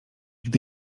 gdy